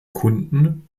kunden